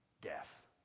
death